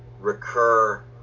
recur